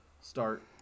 start